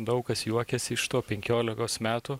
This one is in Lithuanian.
daug kas juokiasi iš to penkiolikos metų